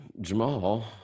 Jamal